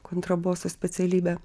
kontraboso specialybę